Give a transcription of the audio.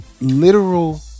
literal